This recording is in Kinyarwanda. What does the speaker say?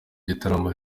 gitaramo